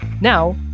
Now